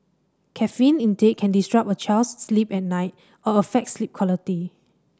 caffeine intake can disrupt a child's sleep at night or affect sleep quality